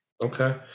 Okay